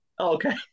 Okay